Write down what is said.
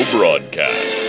Broadcast